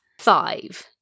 Five